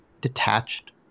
detached